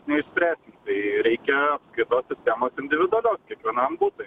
neišspręsim tai reikia apskaitos sistemos individualios kiekvienam butui